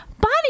Bonnie